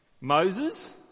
Moses